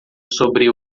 sobre